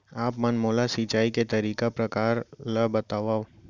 आप मन मोला सिंचाई के तरीका अऊ प्रकार ल बतावव?